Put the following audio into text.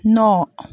न'